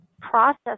process